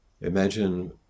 Imagine